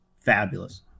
Fabulous